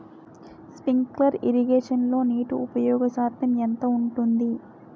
Sprinkler ఇరగేషన్లో నీటి ఉపయోగ శాతం ఎంత ఉంటుంది?